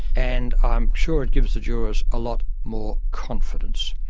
and i'm sure it gives the jurors a lot more confidence.